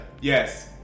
Yes